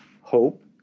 hope